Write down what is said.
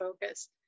focus